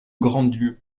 grandlieu